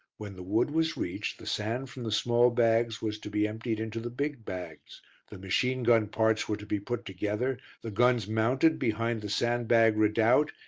when the wood was reached the sand from the small bags was to be emptied into the big bags the machine-gun parts were to be put together, the guns mounted behind the sandbag redoubt,